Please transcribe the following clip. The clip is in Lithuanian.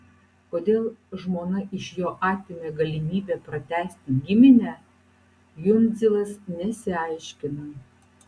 kodėl žmona iš jo atėmė galimybę pratęsti giminę jundzilas nesiaiškino